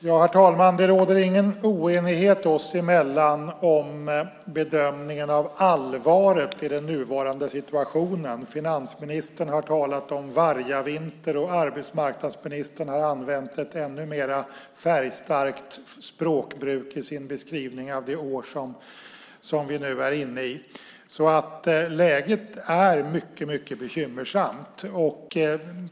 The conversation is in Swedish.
Herr talman! Det råder ingen oenighet oss emellan om bedömningen av allvaret i den nuvarande situationen. Finansministern har talat om vargavinter, och arbetsmarknadsministern har använt ett ännu mer färgstarkt språkbruk i sin beskrivning av det år som vi nu är inne i. Läget är mycket bekymmersamt.